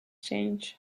change